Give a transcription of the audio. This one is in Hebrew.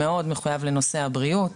מחויב מאוד לנושא הבריאות.